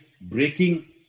breaking